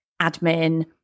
admin